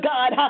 God